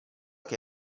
che